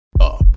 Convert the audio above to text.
up